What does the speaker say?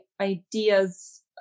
ideas